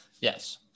Yes